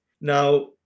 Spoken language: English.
Now